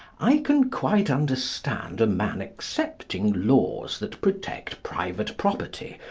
i can quite understand a man accepting laws that protect private property,